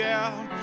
out